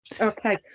okay